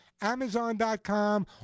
Amazon.com